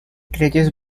reyes